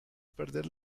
perder